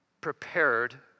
prepared